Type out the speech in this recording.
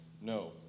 No